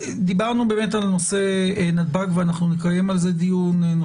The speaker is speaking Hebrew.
דיברנו על נושא נתב"ג ואנחנו נקיים על כך דיון.